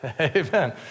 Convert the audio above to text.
Amen